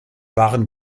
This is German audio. waren